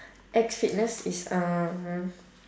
X fitness is um